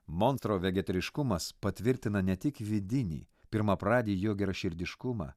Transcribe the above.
monstro vegetariškumas patvirtina ne tik vidinį pirmapradį jo geraširdiškumą